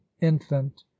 infant